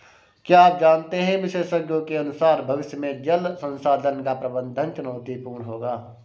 क्या आप जानते है विशेषज्ञों के अनुसार भविष्य में जल संसाधन का प्रबंधन चुनौतीपूर्ण होगा